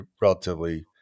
relatively